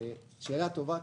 זו שאלה טובה.